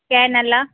கேனெல்லாம்